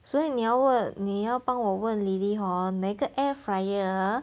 所以你要问你要帮我问 lily hor 哪一个 air fryer